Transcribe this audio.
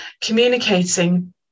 communicating